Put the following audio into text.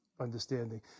understanding